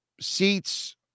seats